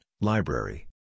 Library